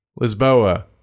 Lisboa